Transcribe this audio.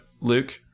Luke